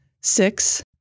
six